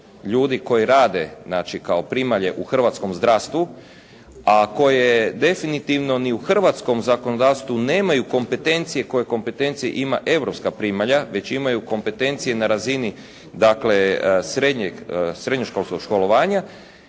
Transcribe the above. ljudi koji rade znači kao primalje u hrvatskom zdravstvu a koje definitivno ni u hrvatskom zakonodavstvu nemaju kompetencije koje kompetencije ima europska primalja već imaju kompetencije na razini dakle srednjeg, srednjoškolskog školovanja